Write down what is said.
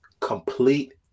Complete